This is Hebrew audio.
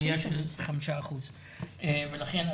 עלייה של 5%. לכן,